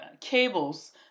cables